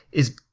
is